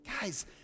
guys